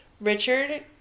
Richard